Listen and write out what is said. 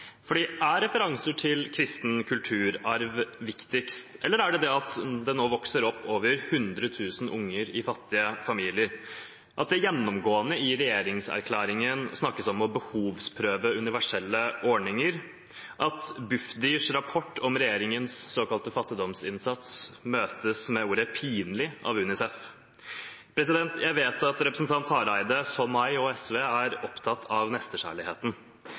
stuss. For er referanser til kristen kulturarv viktigst, eller er det det at det nå vokser opp over 100 000 unger i fattige familier, at det gjennomgående i regjeringserklæringen snakkes om å behovsprøve universelle ordninger, at Bufdirs rapport om regjeringens såkalte fattigdomsinnsats møtes med ordet «pinlig» av UNICEF? Jeg vet at representanten Hareide, som meg og SV, er opptatt av